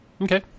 Okay